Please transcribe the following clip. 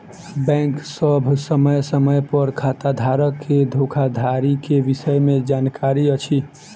bank सभ समय समय पर खाताधारक के धोखाधड़ी के विषय में जानकारी अछि